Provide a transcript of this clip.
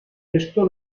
esto